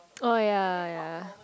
oh ya ya